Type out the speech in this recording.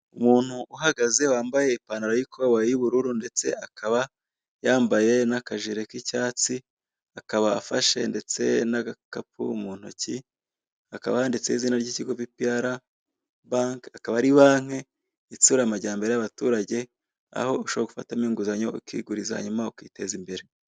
Icyapa cya banki yitwa BPR. Iki cyapa kirashishikariza abantu b'ingeri zose kugana iyi banki ngo ibahe inguzanyo, kuko bayitanga mu buryo bworoshye kandi nta nyungu y'umurengera bashyizeho.